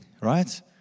right